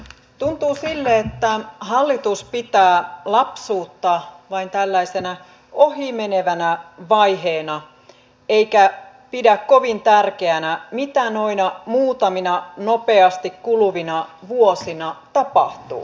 tuntuu siltä että hallitus pitää lapsuutta vain tällaisena ohimenevänä vaiheena eikä pidä kovin tärkeänä mitä noina muutamina nopeasti kuluvina vuosina tapahtuu